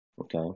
Okay